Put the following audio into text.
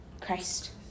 christ